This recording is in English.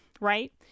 right